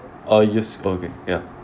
I'll use okay ya